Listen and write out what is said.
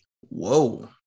Whoa